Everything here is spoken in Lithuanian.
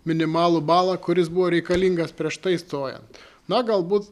minimalų balą kuris buvo reikalingas prieš tai stojant na galbūt